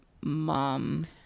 mom